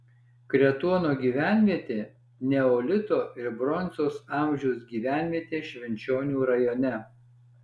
kretuono gyvenvietė neolito ir bronzos amžiaus gyvenvietė švenčionių rajone